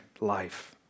life